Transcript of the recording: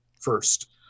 first